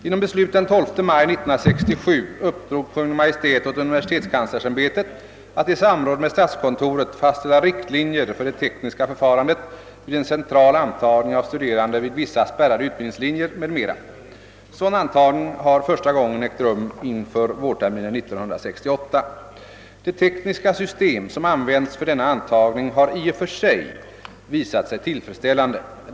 Genom beslut den 12 maj 1967 uppdrog Kungl. Maj:t åt universitetskanslersämbetet att i samråd med statskontoret fastställa riktlinjer för det tekniska förfarandet vid en central antagning av studerande till vissa spärrade utbildningslinjer m.m. Sådan antagning har första gången ägt rum inför vårterminen 1968. Det tekniska system som använts för denna antagning har i och för sig visat sig tillfredsställande.